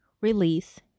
release